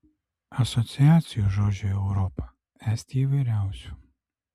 asociacijų žodžiui europa esti įvairiausių